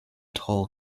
tall